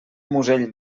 musell